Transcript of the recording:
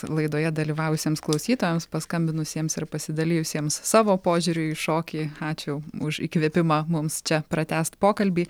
laidoje dalyvavusiems klausytojams paskambinusiems ir pasidalijusiems savo požiūriu į šokį ačiū už įkvėpimą mums čia pratęst pokalbį